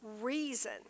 reason